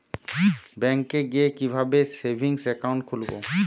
ব্যাঙ্কে গিয়ে কিভাবে সেভিংস একাউন্ট খুলব?